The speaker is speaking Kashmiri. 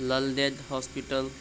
لل دٮ۪د ہاسپِٹَل